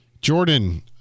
Jordan